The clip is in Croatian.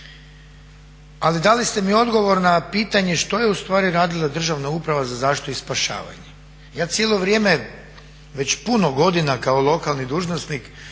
Ali dali ste mi odgovor na pitanje što je u stvari radila Državna uprava za zaštitu i spašavanje? Ja cijelo vrijeme već puno godina kao lokalni dužnosnik